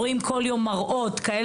אנחנו נותנים ממש שתי דקות לכל אחד.